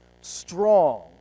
strong